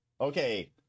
Okay